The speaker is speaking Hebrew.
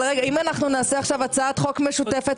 אם אנחנו נעשה עכשיו הצעת חוק משותפת